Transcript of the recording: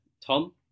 Tom